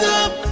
up